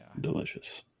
Delicious